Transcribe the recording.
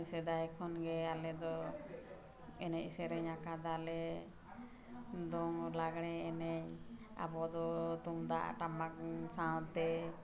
ᱥᱮᱫᱟᱭ ᱠᱷᱚᱱ ᱜᱮ ᱟᱞᱮ ᱫᱚ ᱮᱱᱮᱡ ᱥᱮᱨᱮᱧ ᱟᱠᱟᱫᱟᱞᱮ ᱫᱚᱝ ᱞᱟᱜᱽᱬᱮ ᱮᱱᱮᱡ ᱟᱵᱚ ᱫᱚ ᱛᱩᱢᱫᱟᱜ ᱴᱟᱢᱟᱠ ᱥᱟᱶᱛᱮ